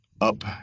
up